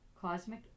cosmic